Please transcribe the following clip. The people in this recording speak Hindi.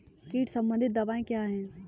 कीट संबंधित दवाएँ क्या हैं?